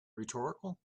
rhetorical